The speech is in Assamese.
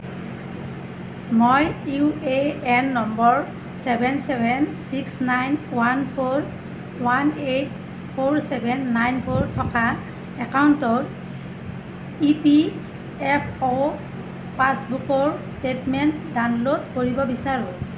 মই U A N number seven seven six nine one four one eight four seven nine four থকা একাউণ্টৰ ই পি এফ অ' পাছবুকৰ ষ্টেটমেণ্ট ডাউনলোড কৰিব বিচাৰোঁ